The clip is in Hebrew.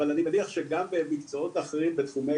אבל אני מניח שגם במקצועות אחרים ותחומי